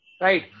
right